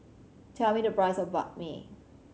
tell me the price of Banh Mi